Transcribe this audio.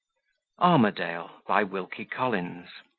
armadale by wilkie collins